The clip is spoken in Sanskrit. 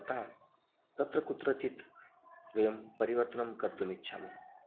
अतः तत्र कुत्रचित् वयं परिवर्तनं कर्तुम् इच्छामः